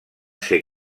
ser